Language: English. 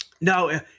No